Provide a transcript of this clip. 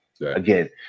Again